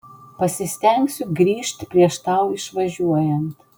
pasistengsiu grįžt prieš tau išvažiuojant